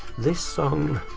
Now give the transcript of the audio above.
this song.